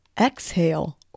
exhale